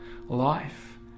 life